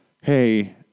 Hey